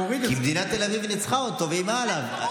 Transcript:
כי מדינת תל אביב ניצחה אותו ואיימה עליו.